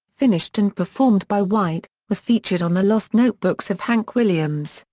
finished and performed by white, was featured on the lost notebooks of hank williams,